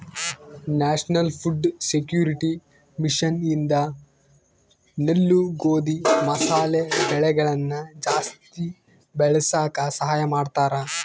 national food security mission ಇಂದ ನೆಲ್ಲು ಗೋಧಿ ಮಸಾಲೆ ಬೆಳೆಗಳನ ಜಾಸ್ತಿ ಬೆಳಸಾಕ ಸಹಾಯ ಮಾಡ್ತಾರ